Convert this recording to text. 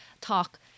talk